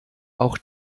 auch